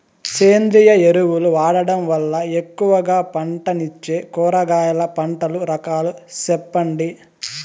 సేంద్రియ ఎరువులు వాడడం వల్ల ఎక్కువగా పంటనిచ్చే కూరగాయల పంటల రకాలు సెప్పండి?